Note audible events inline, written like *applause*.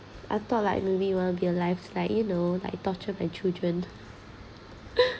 I thought like maybe you want to be a life style you know like and children *laughs*